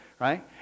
right